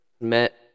met